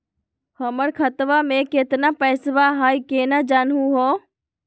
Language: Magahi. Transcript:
हमर खतवा मे केतना पैसवा हई, केना जानहु हो?